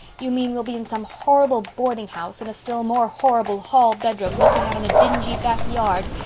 you mean we'll be in some horrible boardinghouse, in a still more horrible hall bedroom, looking out on a dingy back yard.